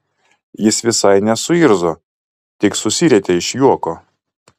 jis visai nesuirzo tik susirietė iš juoko